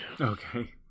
Okay